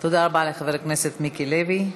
תודה רבה לחבר הכנסת מיקי לוי.